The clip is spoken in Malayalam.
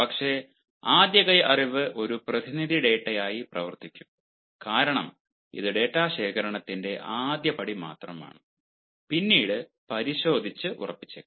പക്ഷേ ആദ്യ കൈ അറിവ് ഒരു പ്രതിനിധി ഡാറ്റയായി പ്രവർത്തിക്കും കാരണം ഇത് ഡാറ്റാ ശേഖരണത്തിന്റെ ആദ്യപടി മാത്രമാണ് പിന്നീട് പരിശോധിച്ചുറപ്പിച്ചേക്കാം